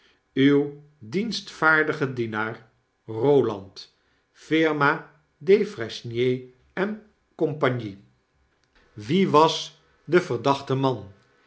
uw dienstvaardige dienaar kolland a firma defresnier en cie mmmmmmmmmm geen uit weg wie was de verdachte man